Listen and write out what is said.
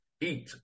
eat